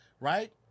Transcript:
right